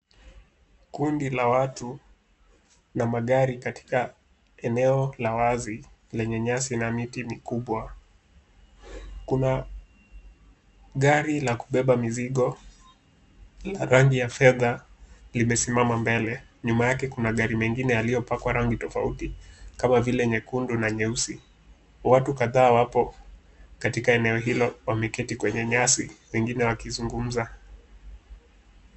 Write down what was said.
Kundi la watu na magari katika eneo la wazi lenye nyasi na miti mikubwa. Kuna gari la kubeba mizigo la rangi ya fedha limesimama mbele. Nyuma yake kuna gari mengine yaliyopakwa rangi tofauti kama vile nyekundu na nyeusi. Watu kadhaa wapo katika eneo hilo wameketi kwenye nyasi wengine wakizungumza.